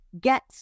get